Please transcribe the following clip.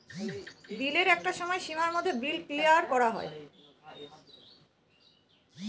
বিলের একটা সময় সীমার মধ্যে বিল ক্লিয়ার করা হয়